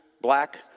black